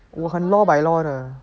我很 law by law 的